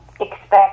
expect